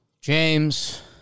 James